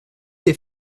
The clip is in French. des